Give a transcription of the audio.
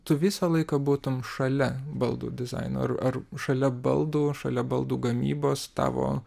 tu visą laiką būtum šalia baldų dizaino ar ar šalia baldų šalia baldų gamybos tavo